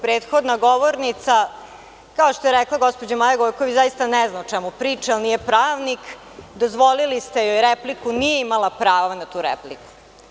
Prethodna govornica, kao što je rekla gospođa Maja Gojković, zaista ne zna o čemu priča, nije pravnik, dozvolili ste joj repliku, nije imala pravo na tu repliku.